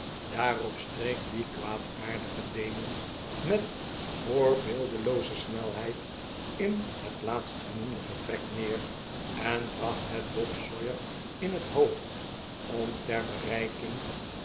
daarop streek die kwaadaardige demon met voorbeeldelooze snelheid in het laatstgenoemde vertrek neer en bracht het bob sawyer in het hoofd bm ter bereiking